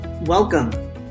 Welcome